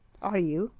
are you?